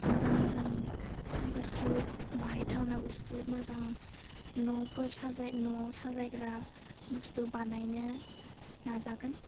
मोजां मोजां बुस्तु बाहायथावना बुस्तु मोजां न'फोर साजाय न'वाव साजायग्रा बुस्तु बानायनो नाजागोन